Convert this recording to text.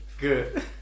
good